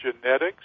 genetics